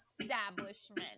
establishment